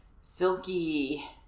silky